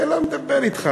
זה לא מדבר אתך.